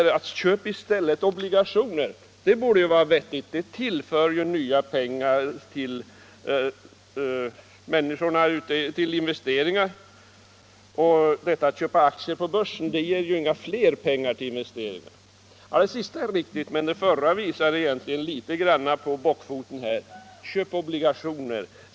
Köp i stället obligationer! sade herr Regnéll. Det är vettigt, för det tillför näringslivet nya pengar till investeringar. Att man köper aktier på börsen för fondmedel ger däremot inte mer pengar till investeringar. Ja, det sista är riktigt, men det förra visar egentligen litet grand av bockfoten.